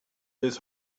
his